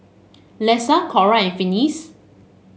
Lesa Cora and Finis